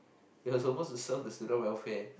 you're not suppose to serve the student welfare